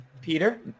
Peter